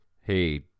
Hey